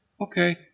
Okay